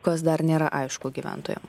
kas dar nėra aišku gyventojam